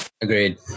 Agreed